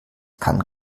kann